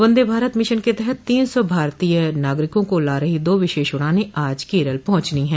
वंदे Bharat mission के तहत तीन सौ भारतीय नागरिकों को ला रही दो विशेष उड़ानें आज केरल पहुंचनी है